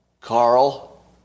Carl